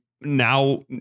now